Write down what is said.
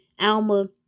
Alma